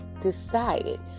decided